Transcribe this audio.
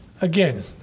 again